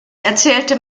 erzählte